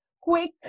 quick